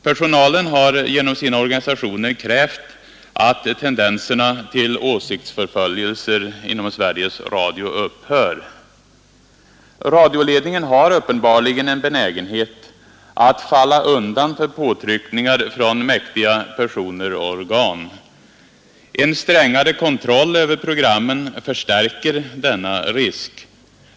Personalen har genom sina organisationer krävt att tendenserna till åsiktsförföljelser inom Sveriges Radio Radioledningen har uppenbarligen en benägenhet att falla undan för påtryckningar från mäktiga personer och organ. En strängare kontroll över programmen förstärker denna risk.